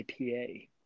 IPA